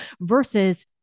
versus